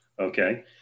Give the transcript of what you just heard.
okay